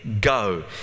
go